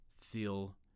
feel